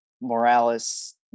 Morales